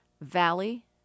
Valley